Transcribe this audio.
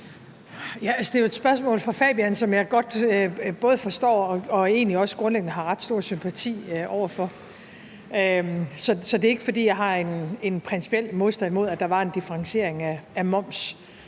det er jo et spørgsmål fra Fabian, som jeg godt både forstår og egentlig også grundlæggende har ret stor sympati over for. Så det er ikke, fordi jeg har en principiel modstand mod, at der var en differentiering af moms